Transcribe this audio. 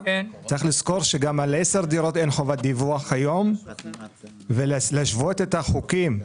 צריך לזכור שגם על 10 דירות אין היום חובת דיווח ולהשוות את החוקים.